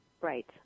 Right